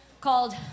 called